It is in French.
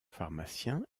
pharmacien